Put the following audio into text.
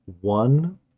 one